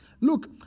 Look